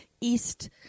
East